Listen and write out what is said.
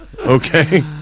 okay